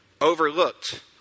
overlooked